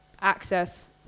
Access